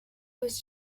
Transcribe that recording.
was